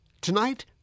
Tonight